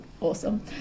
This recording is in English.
awesome